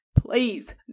please